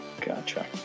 Gotcha